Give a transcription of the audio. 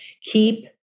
keep